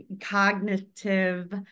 cognitive